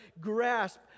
grasp